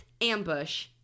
ambush